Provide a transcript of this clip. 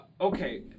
Okay